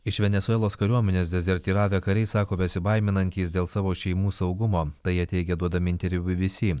iš venesuelos kariuomenės dezertyravę kariai sako besibaiminantys dėl savo šeimų saugumo tai jie teigė duodami interviu bi bi si